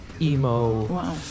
emo